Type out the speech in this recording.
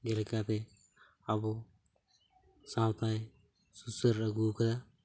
ᱡᱮᱞᱮᱟᱠᱟᱛᱮ ᱟᱵᱚ ᱥᱟᱶᱛᱟᱭ ᱥᱩᱥᱟᱹᱨ ᱟᱹᱜᱩᱣ ᱠᱟᱫᱟ